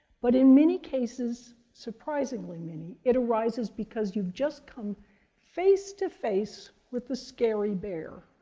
but in many cases, surprisingly many, it arises because you've just come face to face with the scary bear,